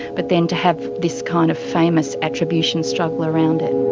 but then to have this kind of famous attribution struggle around it.